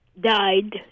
died